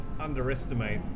underestimate